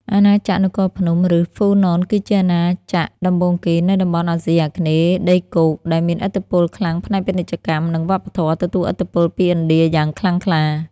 អាណាចក្រនគរភ្នំ ឬ ហ្វូណន គឺជាអាណាចក្រដំបូងគេនៅតំបន់អាស៊ីអាគ្នេយ៍ដីគោក ដែលមានឥទ្ធិពលខ្លាំងផ្នែកពាណិជ្ជកម្ម និងវប្បធម៌ ទទួលឥទ្ធិពលពីឥណ្ឌាយ៉ាងខ្លាំងក្លា។